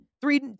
three